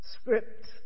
script